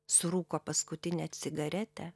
surūko paskutinę cigaretę